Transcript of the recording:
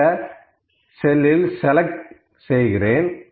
நான் இந்த செல்லை செலக்ட் செய்கிறேன்